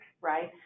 right